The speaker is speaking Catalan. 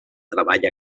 treball